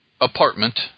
apartment